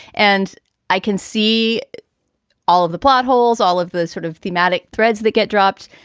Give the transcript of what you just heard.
and i can see all of the plot holes, all of the sort of thematic threads that get dropped.